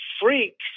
freaks